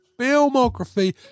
filmography